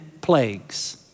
plagues